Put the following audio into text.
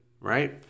Right